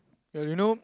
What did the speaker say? uh you know